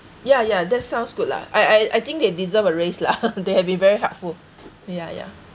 ya ya that sounds good lah I I I think they deserve a raise lah they have been very helpful uh ya ya